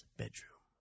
bedroom